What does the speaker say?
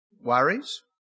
worries